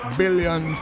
billion